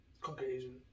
Caucasian